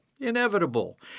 inevitable